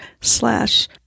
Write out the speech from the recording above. slash